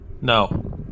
No